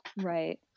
Right